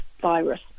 virus